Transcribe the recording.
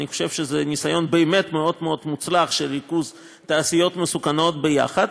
אני חושב שזה ניסיון באמת מאוד מאוד מוצלח של ריכוז תעשיות מסוכנות יחד.